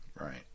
Right